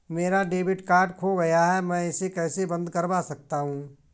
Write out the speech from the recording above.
मेरा debit card खो गया है मैं इसे कैसे बंद करवा सकता हूँ?